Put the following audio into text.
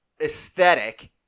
aesthetic